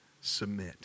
submit